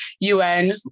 UN